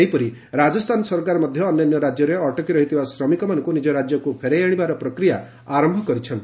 ସେହିପରି ରାଜସ୍ଥାନ ସରକାର ମଧ୍ୟ ଅନ୍ୟାନ୍ୟ ରାଜ୍ୟରେ ଅଟକି ରହିଥିବା ଶ୍ରମିକମାନଙ୍କୁ ନିଜ ରାଜ୍ୟକୁ ଫେରାଇ ଆଶିବାର ପ୍ରକ୍ରିୟା ଆରମ୍ଭ କରିଛନ୍ତି